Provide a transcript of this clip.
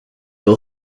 will